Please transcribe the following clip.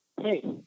hey